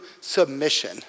submission